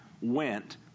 went